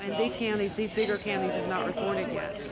these counties, these bigger counties have not reported yet.